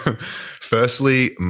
firstly